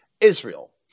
Israel